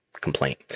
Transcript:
complaint